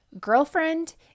Girlfriend